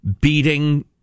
beating